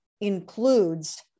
includes